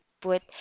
put